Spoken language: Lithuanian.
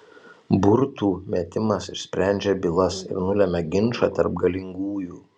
burtų metimas išsprendžia bylas ir nulemia ginčą tarp galingųjų